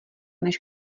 než